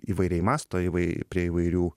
įvairiai mąsto įvai prie įvairių